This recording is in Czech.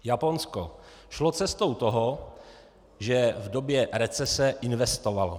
Japonsko šlo cestou toho, že v době recese investovalo.